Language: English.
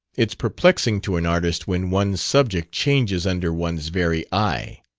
it's perplexing to an artist when one's subject changes under one's very eye.